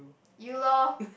you lor